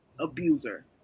abuser